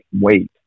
wait